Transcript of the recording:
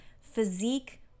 physique